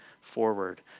forward